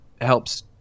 helps